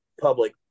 public